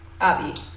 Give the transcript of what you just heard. Abby